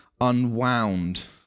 unwound